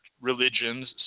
religions